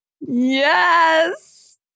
Yes